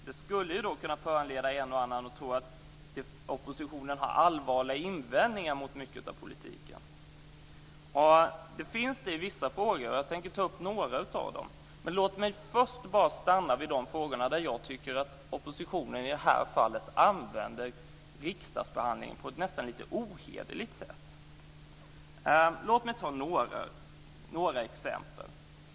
Det skulle kunna föranleda en och annan att tro att oppositionen har allvarliga invändningar mot en stor del av politiken. Det finns det i vissa frågor, och jag tänker ta upp några av dem. Men låt mig först stanna vid de frågor där jag tycker att oppositionen använder riksdagsbehandlingen på ett nästan lite ohederligt sätt. Låt mig ta några exempel.